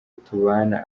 tubana